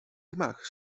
gmach